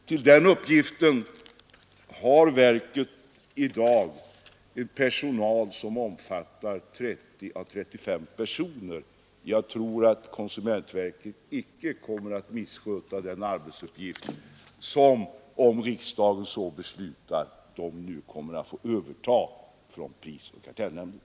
Till den uppgiften har verket i dag en personal som omfattar 30 å 35 personer. Jag tror att konsumentverket icke kommer att missköta den arbetsuppgift som verket, om riksdagen så beslutar, kommer att få överta från prisoch kartellnämnden.